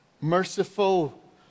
merciful